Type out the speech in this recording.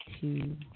two